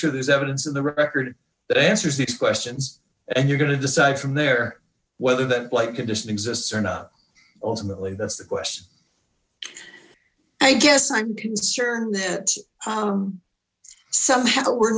sure there's evidence in the record that answers these questions and you're going to decide from there whether that flight condition exists or not ultimately that's the question i guess i'm concerned that somehow we're